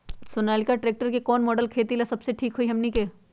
Sonalika tractor के कौन model खेती ला सबसे ठीक होई हमने की?